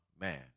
man